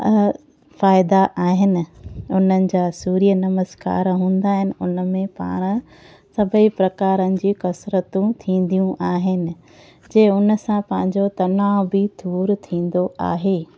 फ़ाइदा आहिनि उन्हनि जा सूर्य नमस्कार हूंदा आहिनि उनमें पाण सभई प्रकारनि जी कसरतूं थींदियूं आहिनि जे उन सां पंहिंजो तनाव बि दूरि थींदो आहे